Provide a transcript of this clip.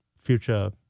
future